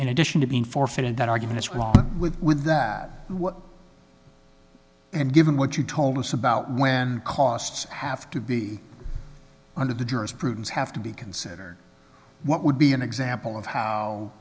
in addition to being forfeited that argument is wrong with with what and given what you told us about when costs have to be under the jurisprudence have to be consider what would be an example of how